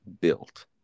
built